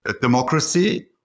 democracy